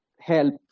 help